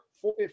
four